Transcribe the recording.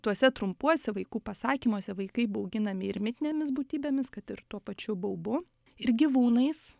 tuose trumpuose vaikų pasakymuose vaikai bauginami ir mitinėmis būtybėmis kad ir tuo pačiu baubu ir gyvūnais